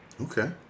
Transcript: okay